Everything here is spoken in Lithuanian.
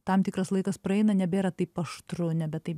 tam tikras laikas praeina nebėra taip aštru nebe taip